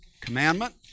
Commandment